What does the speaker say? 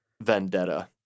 vendetta